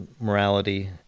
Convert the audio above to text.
morality